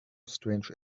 strange